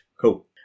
Cool